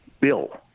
Bill